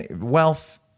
wealth